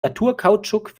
naturkautschuk